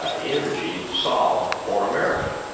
ah energy solved for america.